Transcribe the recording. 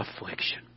affliction